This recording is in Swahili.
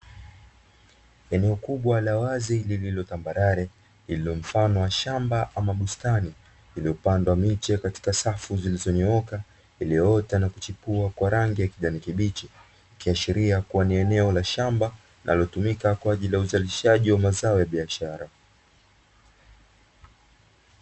Eneo kubwa la wazi lililotambarare lililomfano wa shamba ama bustani iliyopandwa miche katika safu zilizonyooka, iliyoota na kuchipua kwa rangi ya kijani kibichi. Ikiashiria kuwa ni eneo la shamba linalotumika kwa ajili ya uzalishaji wa mazao ya biashara.